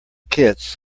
kits